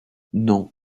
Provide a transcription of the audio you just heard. non